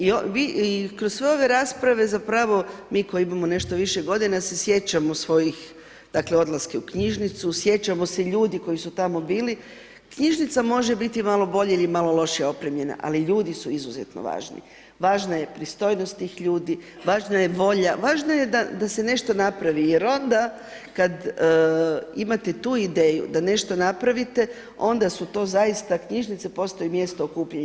I vi kroz sve ove rasprave, zapravo, mi koji imamo nešto više godina se sjećam svojih odlaska u knjižnicu, sjećamo se ljudi koji su tamo bili, knjižnica može biti malo bolje ili malo lošiji opremljena, ali ljudi su izuzetno važni, važna je pristojnost tih ljudi, važna je volja, važno je da se nešto napravi, je onda, kada imate tu ideju, da nešto napravite, onda su to zaista knjižnice, postoji mjesto okupljanja.